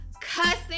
Cussing